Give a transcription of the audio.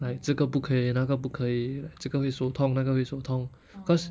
like 这个不可以那个不可以这个会手痛那个会手痛 cause